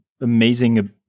amazing